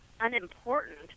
unimportant